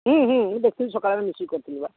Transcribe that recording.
ହୁଁ ହୁଁ ମୁଁ ଦେଖିଛି ସକାଳେ ଆମେ ମିଶିକି କରିଥିଲୁ ବା